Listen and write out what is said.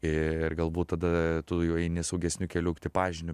ir galbūt tada tu jau eini saugesniu keliu tipažiniu